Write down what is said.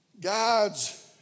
God's